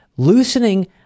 Loosening